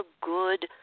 good